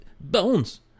Bones